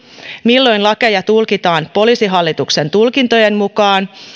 milloin lakeja tulkitaan poliisihallituksen tulkintojen mukaan